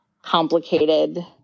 complicated